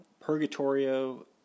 Purgatorio